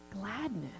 gladness